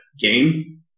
game